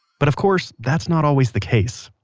but of course, that's not always the case.